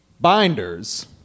binders